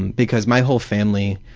and because my whole family,